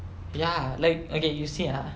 ya like okay you see ah